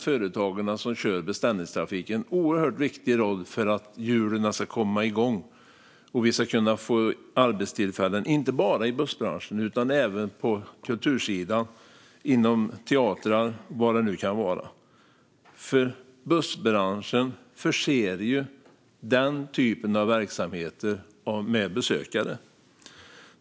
Företagen som kör beställningstrafik har en oerhört viktig roll för att hjulen ska komma igång och för att vi ska kunna få arbetstillfällen inte bara i bussbranschen utan även på kultursidan inom teatrar och vad det nu kan vara. Bussbranschen förser ju den typen av verksamheter med besökare.